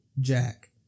Jack